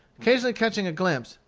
occasionally catching a glimpse,